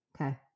Okay